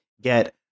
get